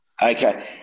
Okay